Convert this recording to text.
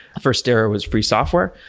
first era was free software.